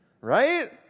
right